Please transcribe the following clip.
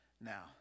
Now